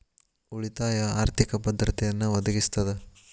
ಉಳಿತಾಯ ಆರ್ಥಿಕ ಭದ್ರತೆಯನ್ನ ಒದಗಿಸ್ತದ